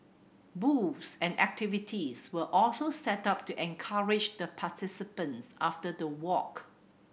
booths and activities were also set up to encourage the participants after the walk